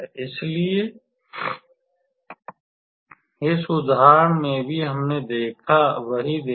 इसलिए इस उदाहरण में भी हमने वही देखा